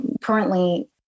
currently